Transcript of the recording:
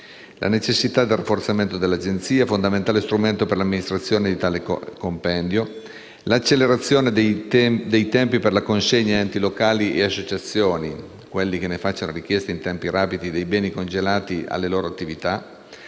alla necessità del rafforzamento dell'Agenzia, fondamentale strumento per l'amministrazione di tale compendio, nonché all'accelerazione dei tempi per la consegna a enti locali e associazioni (quelli che ne facciano richiesta in tempi rapidi) dei beni congeniali alle loro attività.